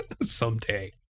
someday